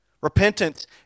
repentance